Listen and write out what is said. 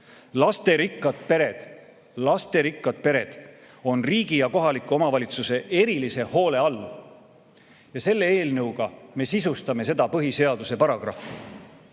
"Lasterikkad pered [---] on riigi ja kohalike omavalitsuste erilise hoole all." Selle eelnõuga me sisustame seda põhiseaduse paragrahvi,